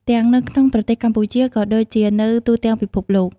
ទាំងនៅក្នុងប្រទេសកម្ពុជាក៏ដូចជានៅទូទាំងពិភពលោក។